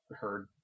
heard